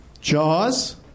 Jaws